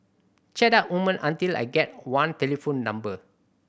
chat up women until I get one telephone number